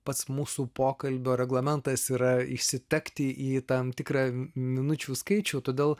pats mūsų pokalbio reglamentas yra įsitekti į tam tikrą minučių skaičių todėl